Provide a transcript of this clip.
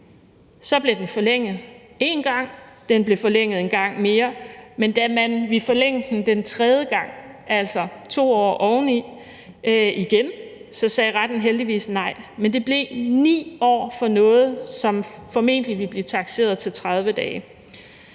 Så blev den forlænget en gang, og den blev forlænget en gang mere, men da man ville forlænge den den tredje gang, og altså igen lægge 2 år oveni, sagde retten heldigvis nej. Men det blev til 9 år for noget, som formentlig ville blive takseret til 30 dage.